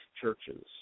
churches